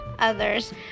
others